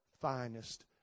finest